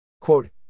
Quote